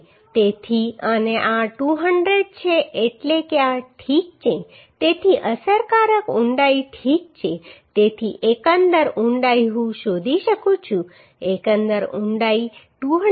તેથી અને આ 200 છે એટલે કે આ ઠીક છે તેથી અસરકારક ઊંડાઈ ઠીક છે તેથી એકંદર ઊંડાઈ હું શોધી શકું છું એકંદર ઊંડાઈ 268